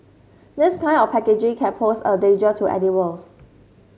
this kind of packaging can pose a danger to animals